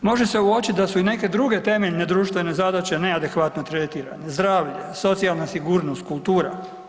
Može se uočit da su i neke druge temeljne društvene zadaće neadekvatno tretirane, zdravlje, socijalna sigurnost, kulture.